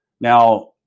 Now